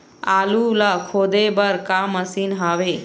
आलू ला खोदे बर का मशीन हावे?